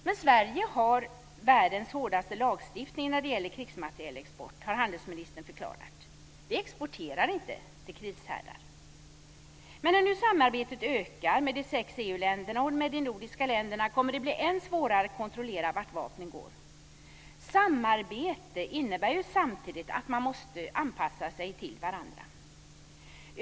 Men Sverige har världens hårdaste lagstiftning när det gäller krigsmaterielexport har handelsministern förklarat. Vi exporterar inte till krishärdar. Men när samarbetet nu ökar med de sex EU-länderna och med de nordiska länderna kommer det att bli än svårare att kontrollera vart vapnen går. Samarbete innebär samtidigt att man måste anpassa sig till varandra.